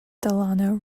delano